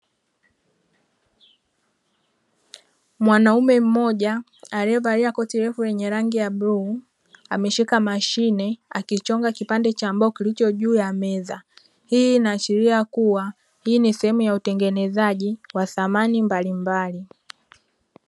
Mwanaume mmoja aliye valia koti refu lenye rangi ya bluu, ameshika mashine akichonga kipande cha mbao kilicho juu ya meza. Hii inaashiria kuwa hii ni sehemu ya utengenezaji wa samani mbalimbali.